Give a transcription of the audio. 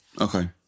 Okay